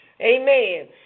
Amen